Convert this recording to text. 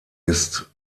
ist